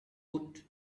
woot